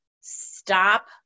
stop